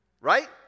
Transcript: Right